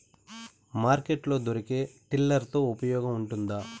Market లో దొరికే tiller తో ఉపయోగం ఉంటుందా?